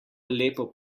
lepo